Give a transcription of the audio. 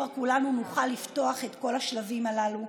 כולנו נוכל לפתוח את כל הדברים הללו.